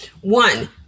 One